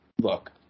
look